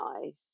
nice